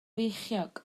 feichiog